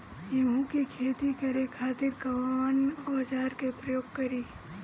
गेहूं के खेती करे खातिर कवन औजार के प्रयोग करी?